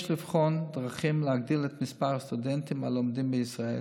יש לבחון דרכים להגדיל את מספר הסטודנטים הלומדים בישראל,